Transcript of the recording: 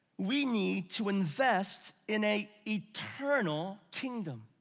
we need to invest in a eternal kingdom.